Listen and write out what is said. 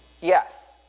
Yes